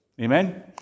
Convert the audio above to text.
Amen